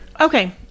Okay